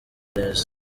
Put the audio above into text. neza